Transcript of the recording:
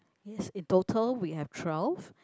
yes in total we have twelve